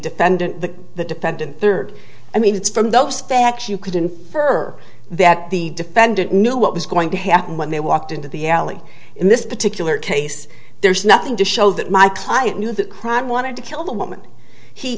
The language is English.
defendant the the defendant third i mean it's from those facts you could infer that the defendant knew what was going to happen when they walked into the alley in this particular case there's nothing to show that my client knew that crime wanted to kill the woman he